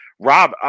Rob